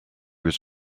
was